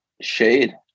shade